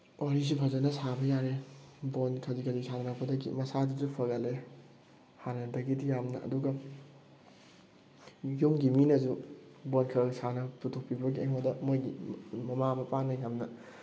ꯋꯥꯔꯤꯁꯨ ꯐꯖꯅ ꯁꯥꯕ ꯌꯥꯔꯦ ꯕꯣꯟ ꯈꯖꯤꯛ ꯈꯖꯤꯛ ꯁꯥꯟꯅꯔꯛꯄꯗꯒꯤ ꯃꯁꯥꯗꯨꯁꯨ ꯐꯒꯠꯂꯦ ꯍꯥꯟꯅꯗꯒꯤꯗꯤ ꯌꯥꯝꯅ ꯑꯗꯨꯒ ꯌꯨꯝꯒꯤ ꯃꯤꯅꯁꯨ ꯕꯣꯟ ꯈꯔ ꯈꯔ ꯁꯥꯟꯅꯕ ꯄꯨꯊꯣꯛꯄꯤꯕꯒꯤ ꯑꯩꯉꯣꯟꯗ ꯃꯣꯏꯒꯤ ꯃꯃꯥ ꯃꯄꯥꯅ ꯌꯥꯝꯅ